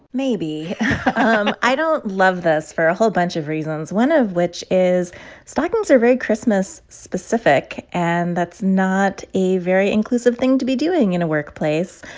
maybe um i don't love this for a whole bunch of reasons, one of which is stockings are very christmas-specific. and that's not a very inclusive thing to be doing in a workplace.